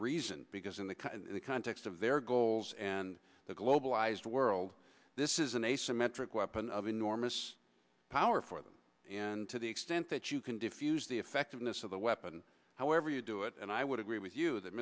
reason because in the context of their goals and the globalized world this isn't a asymmetric weapon of enormous power for them and to the extent that you can diffuse the effectiveness of the weapon however you do it and i would agree with you that